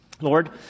Lord